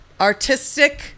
artistic